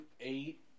eight